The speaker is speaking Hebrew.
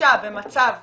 שאישה במצב שכרות,